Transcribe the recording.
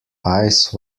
ice